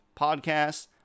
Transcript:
Podcasts